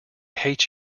hate